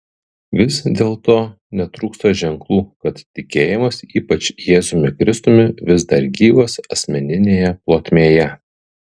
vis dėlto netrūksta ženklų kad tikėjimas ypač jėzumi kristumi vis dar gyvas asmeninėje plotmėje